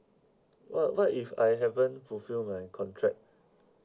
what what if I haven't fulfilled my contract